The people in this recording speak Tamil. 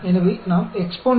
எனவே நாம் EXPONDIST 1